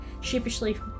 sheepishly